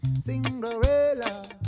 Cinderella